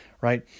right